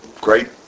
great